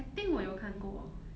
I think 我有看过